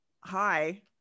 Hi